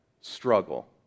struggle